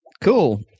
cool